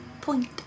point